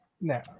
No